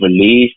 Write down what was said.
release